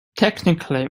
technically